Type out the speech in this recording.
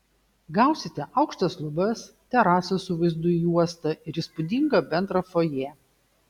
gausite aukštas lubas terasą su vaizdu į uostą ir įspūdingą bendrą fojė